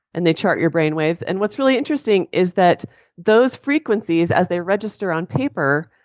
and they chart your brainwaves. and what's really interesting is that those frequencies, as they register on paper,